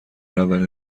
اولین